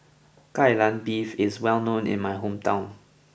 Kai Lan Beef is well known in my hometown